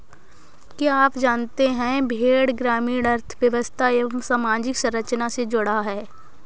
क्या आप जानते है भेड़ ग्रामीण अर्थव्यस्था एवं सामाजिक संरचना से जुड़ा है?